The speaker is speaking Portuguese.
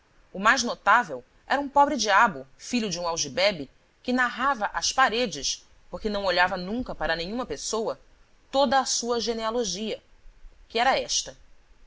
o mais notável era um pobre-diabo filho de um algibebe que narrava às paredes porque não olhava nunca para nenhuma pessoa toda a sua genealogia que era esta